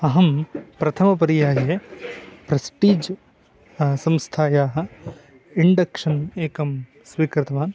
अहं प्रथमपर्याये प्रस्टीज् संस्थायाः इण्डक्शन् एकं स्वीकृतवान्